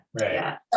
Right